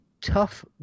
tough